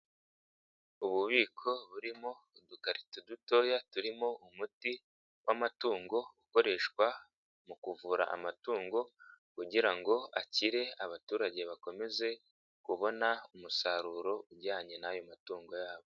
Ububiko burimo udukarito dutoya turimo umuti w'amatungo ukoreshwa mu kuvura amatungo kugira akire, abaturage bakomeze kubona umusaruro ujyanye n'ayo matungo yabo.